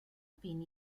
bin